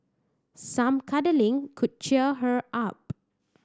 some cuddling could cheer her up